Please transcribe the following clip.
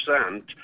percent